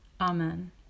Amen